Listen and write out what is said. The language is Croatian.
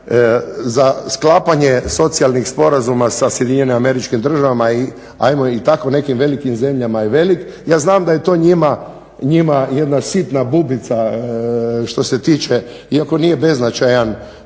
za sklapanje socijalnih sporazuma sa SAD-om i tako nekim velikim zemljama je velik. Ja znam da je to njima jedna sitna bubica što se tiče iako nije beznačajan